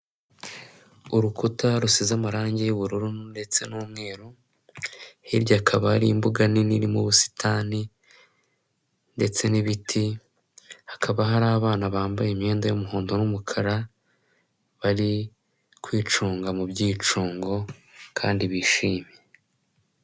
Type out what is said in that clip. Urukuta rusize amarangi y'ubururu ndetse n'umweru, hirya akaba ari imbuga nini irimo busitani ndetse n'ibiti, hakaba hari abana bambaye imyenda y'umuhondo n'umukara, bari kwicunga mu byicungo kandi bishimye.